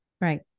Right